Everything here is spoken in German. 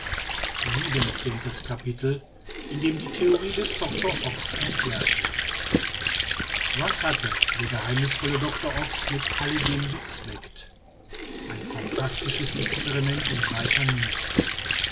siebenzehntes capitel in dem die theorie des doctor ox erklärt wird was hatte der geheimnißvolle doctor ox mit alledem bezweckt ein phantastisches experiment und weiter nichts